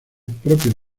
propios